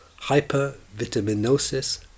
Hypervitaminosis